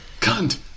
Cunt